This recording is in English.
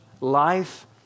life